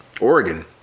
Oregon